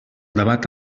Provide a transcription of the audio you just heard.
debat